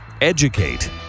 Educate